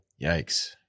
Yikes